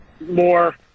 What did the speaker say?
more